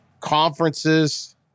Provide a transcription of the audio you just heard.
conferences